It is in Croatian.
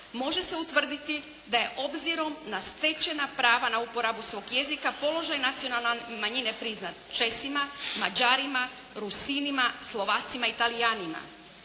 može se utvrditi da je obzirom na stečena prava na uporabu svog jezika položaj nacionalne manjine priznat Česima, Mađarima, Rusinima, Slovacima i Talijanima.